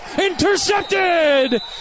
intercepted